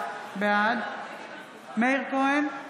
בעד מאיר כהן,